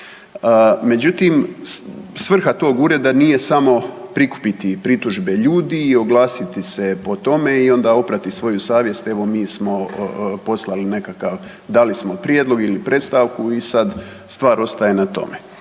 Međutim, svrha tog ureda nije samo prikupiti pritužbe ljudi i oglasiti se po tome i onda oprati svoju savjest, evo mi smo poslali nekakav dali smo prijedlog ili predstavku i sad stvar ostaje na tome,